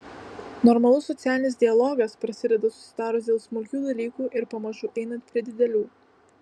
normalus socialinis dialogas prasideda susitarus dėl smulkių dalykų ir pamažu einant prie didelių